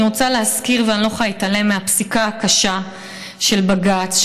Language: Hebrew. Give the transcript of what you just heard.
אני רוצה להזכיר ואני לא יכולה להתעלם מהפסיקה הקשה של בג"ץ,